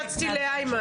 הדברים.